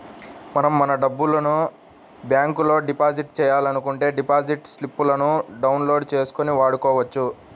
మనం మన డబ్బును బ్యాంకులో డిపాజిట్ చేయాలనుకుంటే డిపాజిట్ స్లిపులను డౌన్ లోడ్ చేసుకొని వాడుకోవచ్చు